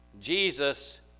Jesus